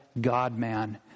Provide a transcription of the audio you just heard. God-man